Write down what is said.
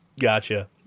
Gotcha